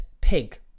pig